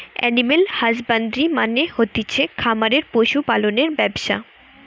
animal husbandry মানে হতিছে খামারে পশু পালনের ব্যবসা